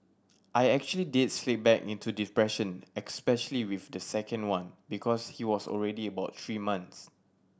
I actually did slip back into depression especially with the second one because he was already about three months